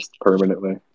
permanently